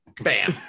bam